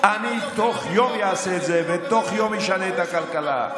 אני תוך יום אעשה את זה ותוך יום אשנה את הכלכלה.